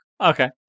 Okay